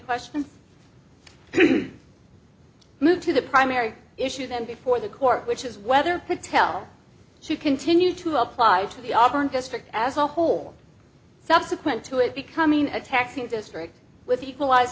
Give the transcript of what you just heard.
questions moved to the primary issue then before the court which is whether patel she continued to apply to the auburn district as a whole subsequent to it becoming a taxing district with equalised